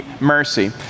Mercy